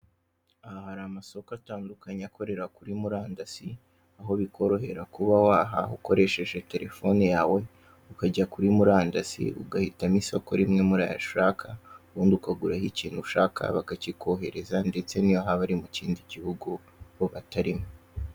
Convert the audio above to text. Aha hari akamasoko atandukanye akorera kuri murandasi aho bikorohera kuba wahaha ukoresheje telephone yawe ukajya kuri murandasi ugahitamo isoko rimwe muri aya ushaka ubundi ukagura ikintu ushaka bakakihorereza ndetse n'iyo haba ari mu kindi gihugu atarimo.